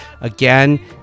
Again